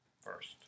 first